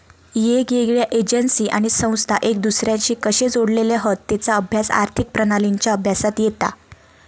येगयेगळ्या एजेंसी आणि संस्था एक दुसर्याशी कशे जोडलेले हत तेचा अभ्यास आर्थिक प्रणालींच्या अभ्यासात येता